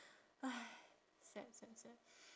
!hais! sad sad sad